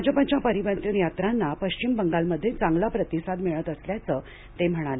भाजपच्या परिवर्तन यात्रांना पश्चिम बंगालमध्ये चांगला प्रतिसाद मिळत असल्याचंही ते म्हणाले